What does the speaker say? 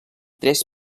tres